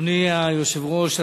אדוני היושב-ראש,